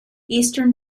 eastern